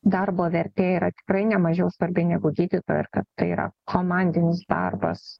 darbo vertė yra tikrai nemažiau svarbi negu gydytojo ir kad tai yra komandinis darbas